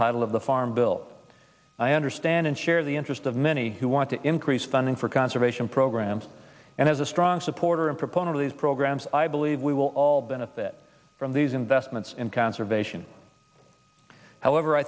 title of the farm bill i understand and share the interest of many who want to increase funding for conservation programs and as a strong supporter of proponent of these programs i believe we will all benefit from these investments in conservation however i